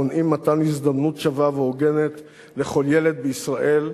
מונעים מתן הזדמנות שווה והוגנת לכל ילד בישראל,